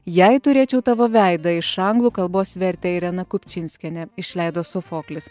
jei turėčiau tavo veidą iš anglų kalbos vertė irena kupčinskienė išleido sofoklis